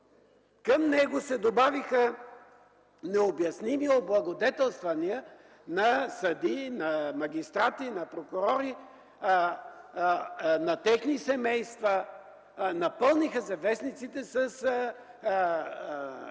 Към него се добавиха необясними облагодетелствания на съдии, на магистрати, на прокурори, на техни семейства. Вестниците се